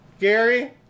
Gary